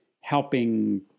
helping